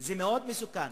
זה מאוד מסוכן,